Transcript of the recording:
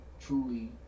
truly